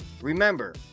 Remember